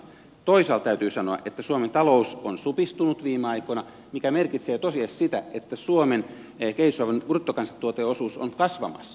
toisaalta täytyy sanoa että suomen talous on supistunut viime aikoina mikä merkitsee tosiasiassa sitä että suomen kehitysavun bruttokansantuoteosuus on kasvamassa